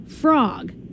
frog